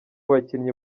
bakinnyi